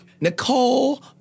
Nicole